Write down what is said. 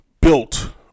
built